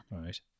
Right